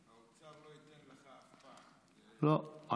לא.